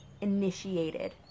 initiated